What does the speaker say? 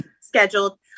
scheduled